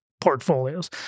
portfolios